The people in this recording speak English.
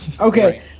Okay